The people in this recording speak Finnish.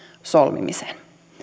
solmimiseen